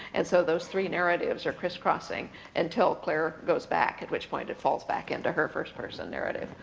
and so those three narratives are criss-crossing until claire goes back. at which point it falls back into her first person narrative,